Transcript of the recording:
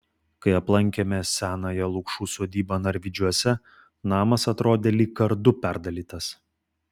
kai aplankėme senąją lukšų sodybą narvydžiuose namas atrodė lyg kardu perdalytas